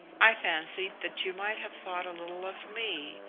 i fancied that you might have thought a little of me,